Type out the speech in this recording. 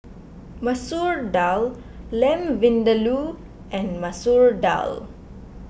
Masoor Dal Lamb Vindaloo and Masoor Dal